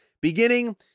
beginning